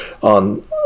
on